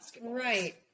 Right